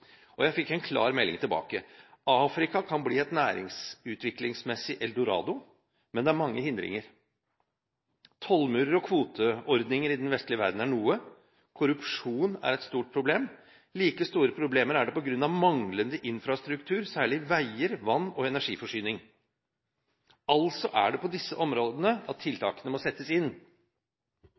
Og jeg fikk en klar melding tilbake: Afrika kan bli et næringsutviklingsmessig eldorado, men det er mange hindringer. Tollmurer og kvoteordninger i den vestlige verden er noe, korrupsjon er et stort problem, like store problemer er det på grunn av manglende infrastruktur, særlig veier og vann- og energiforsyning. Altså er det på disse områdene at tiltakene må settes inn.